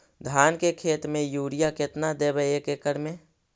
धान के खेत में युरिया केतना देबै एक एकड़ में?